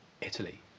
Italy